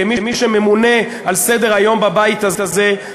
כמי שממונה על סדר-היום בבית הזה,